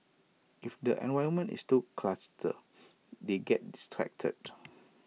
if the environment is too cluttered they get distracted